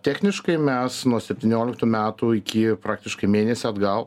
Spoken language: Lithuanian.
techniškai mes nuo septynioliktų metų iki praktiškai mėnesio atgal